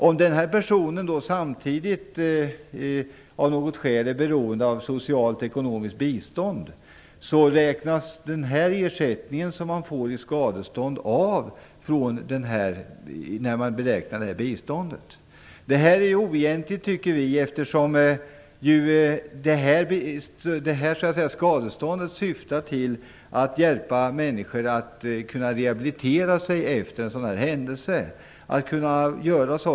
Om den här personen samtidigt av något skäl är beroende av socialt ekonomiskt bistånd räknas dock den ersättning som han får i skadestånd bort när biståndet beräknas. Vi tycker att det är oegentligt. Skadeståndet syftar ju till att hjälpa människor så att de kan rehabilitera sig efter en händelse av nämnda slag.